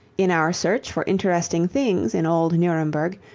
in our search for interesting things in old nuremberg,